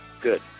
good